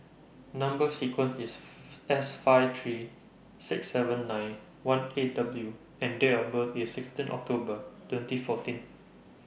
Number sequence IS S five three six seven nine one eight W and Date of birth IS sixteen October twenty fourteen